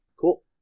Cool